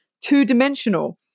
two-dimensional